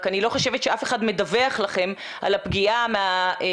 רק אני לא חושבת שאף אחד מדווח לכם על הפגיעה מהטרגוט